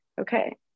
Okay